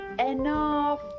enough